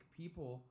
people